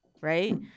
right